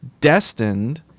destined